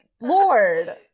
lord